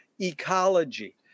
ecology